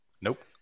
nope